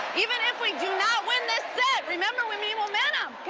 even if we do not winthis set, remember we needmomentum,